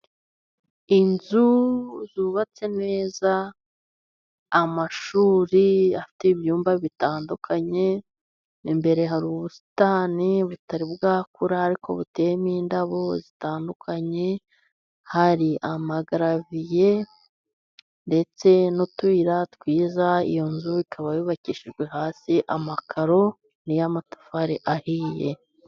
Inzu zubatse neza, amashuri afite ibyumba bitandukanye, imbere hari ubusitani butari bwakura ariko buteyemo indabo zitandukanye, hari amagaraviye ndetse n'utuyira twiza, iyo nzu ikaba yubakishijwe hasi amakaro, ni iy'amatafari ahiye.